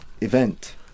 event